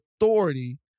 authority